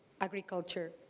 Agriculture